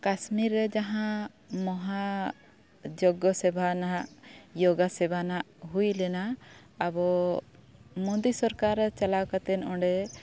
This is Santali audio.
ᱠᱟᱥᱢᱤᱨ ᱨᱮ ᱡᱟᱦᱟᱸ ᱢᱚᱦᱟ ᱡᱚᱜᱽᱜᱚ ᱥᱮᱵᱟ ᱱᱟᱦᱟᱜ ᱡᱳᱜᱟ ᱥᱮᱵᱟᱱᱟᱜ ᱦᱩᱭ ᱞᱮᱱᱟ ᱟᱵᱚ ᱢᱳᱫᱤ ᱥᱚᱨᱠᱟᱨ ᱪᱟᱞᱟᱣ ᱠᱟᱛᱮᱫ ᱚᱸᱰᱮ